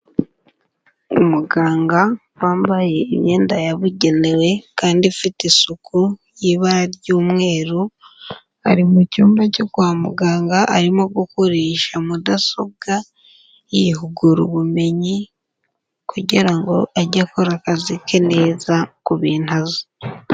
Umuganga wambaye imyenda yabugenewe kandi ifite isuku y'ibara ry'umweru, ari mu cyumba cyo kwa muganga arimo gukoresha mudasobwa yihugura ubumenyi kugira ngo ajye akora akazi ke neza ku bintu azi.